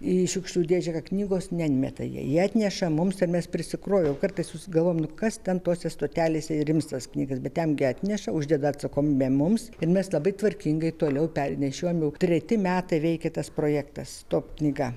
į šiukšlių dėžę ką knygos nemeta jie jie atneša mums ir mes prisikrovę jau kartais galvojam nu kas ten tose stotelėse ir ims tas knygas bet ten gi atneša uždeda atsakomybę mums ir mes labai tvarkingai toliau pernešiojam jau treti metai veikia tas projektas stop knyga